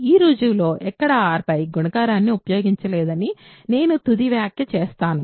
ఈ రుజువులో ఎక్కడా R పై గుణకారాన్ని ఉపయోగించలేదని నేను తుది వ్యాఖ్య చేస్తాను